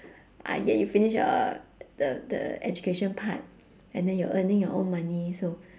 uh yeah you finish your the the education part and then you're earning your own money so